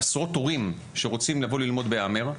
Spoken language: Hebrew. של עשרות הורים שרוצים לבוא ללמוד ב"המר",